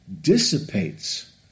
dissipates